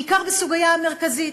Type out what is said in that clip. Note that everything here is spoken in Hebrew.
בעיקר בסוגיה המרכזית,